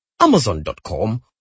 Amazon.com